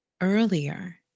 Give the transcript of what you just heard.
earlier